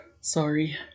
Sorry